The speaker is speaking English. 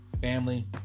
family